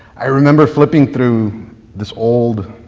i remember flipping through this old,